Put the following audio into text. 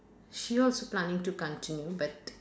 she was planning to continue but